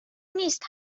نیست